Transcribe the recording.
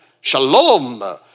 Shalom